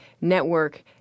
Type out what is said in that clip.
network